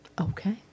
Okay